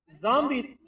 Zombies